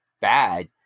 bad